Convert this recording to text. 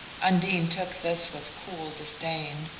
undine took this with cool disdain,